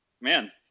man